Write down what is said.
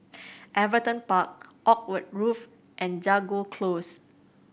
Everton Park Oakwood Grove and Jago Close